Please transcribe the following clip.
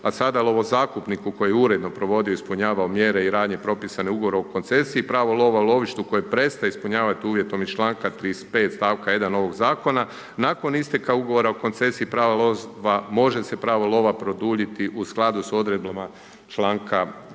a sada lovozakupniku koji uredno provodio, ispunjavao mjere i radnje propisane u Ugovoru o koncesiji, pravo lova, lovištu, koje prestaje ispunjavati uvjetom iz članku 35. stavka 1. ovog Zakona, nakon isteka Ugovora o koncesiji, pravo lovstva, može se pravo lova produljiti u skladu s odredbama članka